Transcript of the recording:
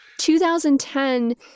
2010